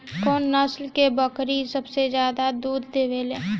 कौन नस्ल की बकरी सबसे ज्यादा दूध देवेले?